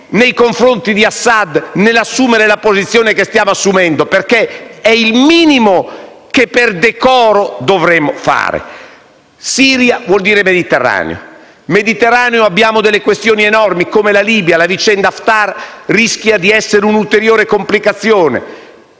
nei confronti di Assad nell'assumere la posizione che stiamo assumendo, perché è il minimo che, per decoro, dovremmo fare. Siria vuol dire Mediterraneo e nel Mediterraneo abbiamo delle questioni enormi, come la Libia e la vicenda Haftar rischia di essere un'ulteriore complicazione.